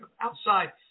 outside